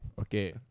Okay